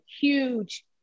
huge